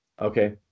Okay